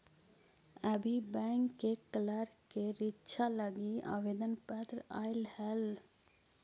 अभी बैंक के क्लर्क के रीक्षा लागी आवेदन पत्र आएलई हल